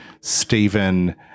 Stephen